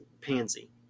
pansy